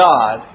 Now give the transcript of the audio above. God